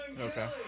Okay